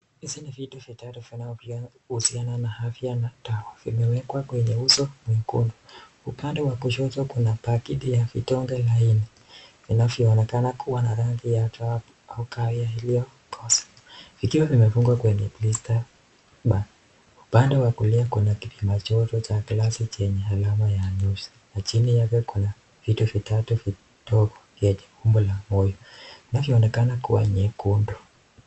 Hizi ni vitu vitatu vinavyo husiana na afya na dawa .vimewekwa kwanye uso mwekundu upande wa kushoto kuna paketi ya vidonge laini. Vinavyoonekana kuwa na rangi ya dhaabu ya kay iliyokosa ikiwa vimefungwa kwenye bagi Upande wa kulia kuna kipama joto yenye alama ya nyeusi na chini kuna vitu vitatu vyenye umbo la vinavyo unekana vya rangi nyekundu.